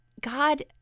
God